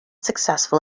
successful